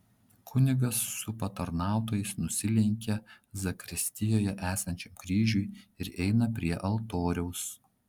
kunigas su patarnautojais nusilenkia zakristijoje esančiam kryžiui ir eina prie altoriaus